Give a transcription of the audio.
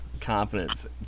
confidence